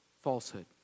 falsehood